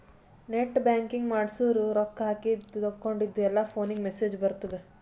net banking ಮಾಡ್ಸುರ್ ರೊಕ್ಕಾ ಹಾಕಿದ ತೇಕೊಂಡಿದ್ದು ಎಲ್ಲಾ ಫೋನಿಗ್ ಮೆಸೇಜ್ ಬರ್ತುದ್